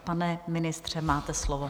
Pane ministře, máte slovo.